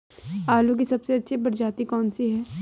आलू की सबसे अच्छी प्रजाति कौन सी है?